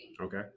okay